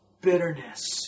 bitterness